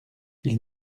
ils